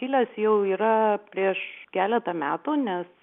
kilęs jau yra prieš keletą metų nes